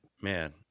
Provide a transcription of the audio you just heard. Man